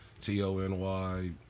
T-O-N-Y